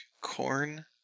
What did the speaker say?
corn